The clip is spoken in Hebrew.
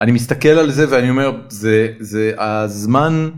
אני מסתכל על זה ואני אומר זה זה הזמן.